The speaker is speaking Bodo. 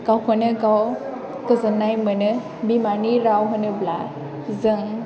गावखौनो गाव गोजोननाय मोनो बिमानि राव होनोब्ला जों